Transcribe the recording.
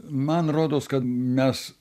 man rodos kad mes